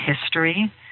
history